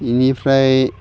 बेनिफ्राय